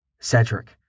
Cedric